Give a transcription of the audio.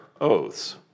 oaths